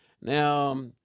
Now